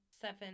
seven